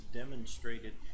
demonstrated